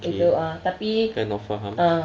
okay kind of faham